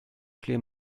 clear